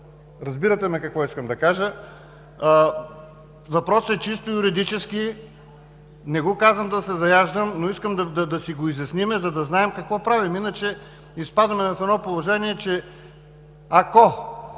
Разбирате ме какво искам да кажа. Въпросът е чисто юридически, не го казвам, за да се заяждам, но искам да си го изясним, за да знаем какво правим. Иначе изпадаме в едно положение, че ако,